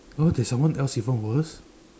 oh there's someone else even worse